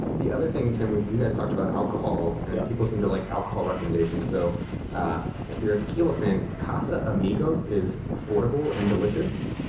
the other thing, tim is but you guys talked about alcohol and yeah people seem to like alcohol recommendations, so if you're a tequila fan, casa amigos is affordable and delicious.